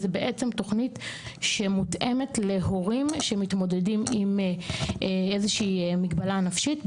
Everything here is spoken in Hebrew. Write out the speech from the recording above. שזו בעצם תוכנית שמותאמת להורים שמתמודדים עם איזושהי מגבלה נפשית.